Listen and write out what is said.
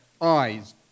eyes